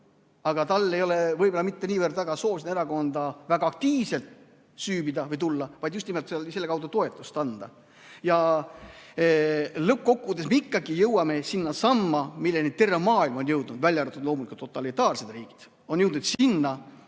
aga tal ei ole võib-olla mitte niivõrd soovi sellesse erakonda väga aktiivselt süüvida või [tegutseda], vaid just nimelt selle kaudu toetust anda. Ja lõppkokkuvõttes me ikkagi jõuame sinnasamma, kuhu terve maailm on jõudnud, välja arvatud loomulikult totalitaarsed riigid. Maailm on jõudnud sinna,